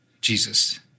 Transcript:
Jesus